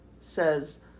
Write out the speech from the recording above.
says